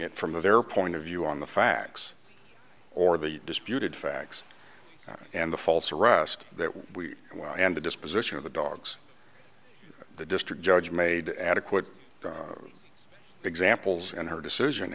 it from their point of view on the facts or the disputed facts and the false arrest that we and the disposition of the dogs the district judge made adequate examples and her decision